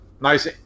nice